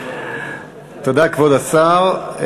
תודה לכבוד השר.